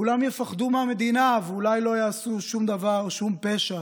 כולם יפחדו מהמדינה ואולי לא יעשו שום פשע,